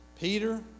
Peter